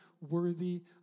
worthy